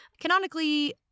Canonically